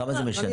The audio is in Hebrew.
כמה זה משנה?